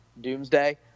Doomsday